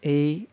এই